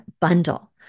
bundle